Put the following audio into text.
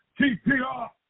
TPR